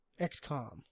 xcom